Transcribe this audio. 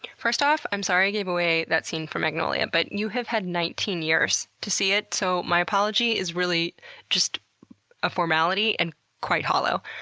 first off, i'm sorry i gave away that scene from magnolia, but you have had nineteen years to see it, so my apology is really just a formality and quite hollow.